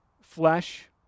flesh